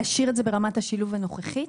להשאיר את זה ברמת השילוב הנוכחית?